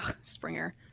springer